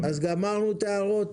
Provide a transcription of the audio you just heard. סיימנו את ההערות